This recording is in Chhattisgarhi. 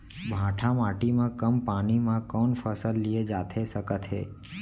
भांठा माटी मा कम पानी मा कौन फसल लिए जाथे सकत हे?